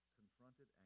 confronted